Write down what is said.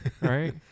right